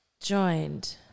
Joined